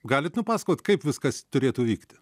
galit nupasakot kaip viskas turėtų vykti